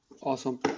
Awesome